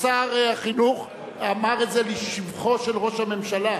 ששר החינוך אמר את זה לשבחו של ראש הממשלה,